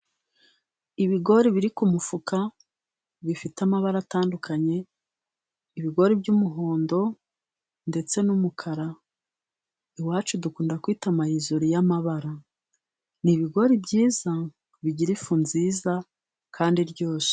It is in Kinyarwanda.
Ibigori biri ku mufuka. Bifite amabara atandukanye. Ibigori by'umuhondo ndetse n'umukara, iwacu dukunda kwita mayizori y'amabara. Ni ibigori byiza bigira ifu nziza kandi iryoshye.